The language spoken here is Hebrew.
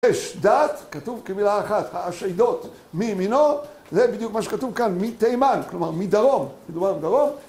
יש דת. כתוב כמילה אחת - האשדות מימינו, זה בדיוק מה שכתוב כאן, מתימן, כלומר מדרום, מדובר בדרום